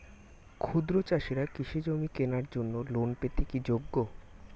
ক্ষুদ্র চাষিরা কৃষিজমি কেনার জন্য লোন পেতে কি যোগ্য?